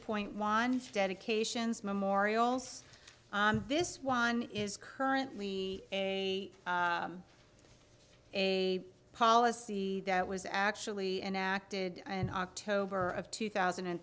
point one for dedications memorials this one is currently a a policy that was actually enacted in october of two thousand and